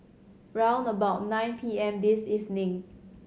round about nine P M this evening